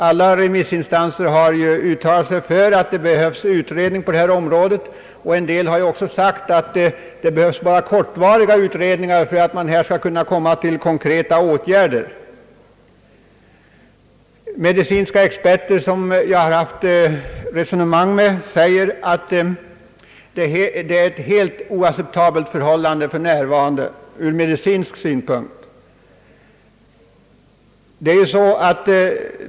Alla remissinstanser har uttalat sig för att det behövs en utredning på detta område. Vissa remissinstanser har sagt att det bara behövs kortvariga, sammanfattande utredningar, för att man sedan skall kunna vidtaga konkreta åtgärder. Medicinska experter, som jag har resonerat med, framhåller att ett ur medicinsk synvinkel helt oacceptabelt förhållande råder för närvarande.